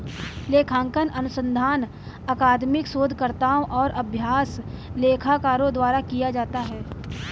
लेखांकन अनुसंधान अकादमिक शोधकर्ताओं और अभ्यास लेखाकारों द्वारा किया जाता है